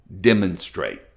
demonstrate